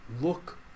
look